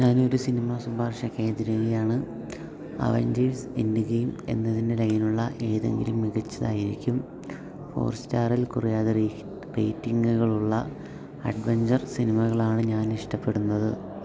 ഞാനൊരു സിനിമ ശുപാർശയ്ക്കായി തിരയുകയാണ് അവഞ്ചേഴ്സ് എൻഡ് ഗെയിം എന്നതിൻ്റെ ലൈനിലുള്ള ഏതെങ്കിലും മികച്ചതായിരിക്കണം ഫോർ സ്റ്റാറിൽ കുറയാതെ റേറ്റിംഗുകളുള്ള അഡ്വെഞ്ചർ സിനിമകളാണ് ഞാനിഷ്ടപ്പെടുന്നത്